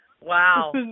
Wow